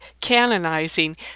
canonizing